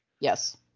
Yes